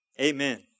Amen